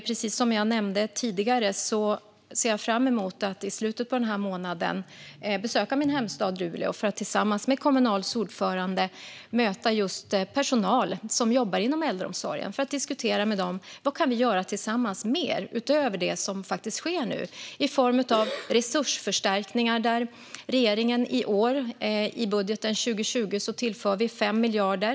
Precis som jag nämnde tidigare ser jag fram emot att i slutet på månaden besöka min hemstad Luleå för att tillsammans med Kommunals ordförande möta personal som jobbar inom äldreomsorgen. Då ska vi diskutera vad vi tillsammans kan göra utöver det som nu sker i form av resursförstärkningar, där regeringen i år i budgeten för 2020 tillför 5 miljarder.